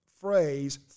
phrase